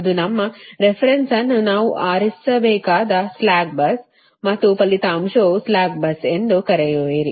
ಅದು ನಮ್ಮ reference bus ಅನ್ನು ನಾವು ಆರಿಸಬೇಕಾದ ಸ್ಲಾಕ್ bus ಮತ್ತು ಫಲಿತಾಂಶವು ಸ್ಲಾಕ್ bus ಎಂದು ಕರೆಯುವಿರಿ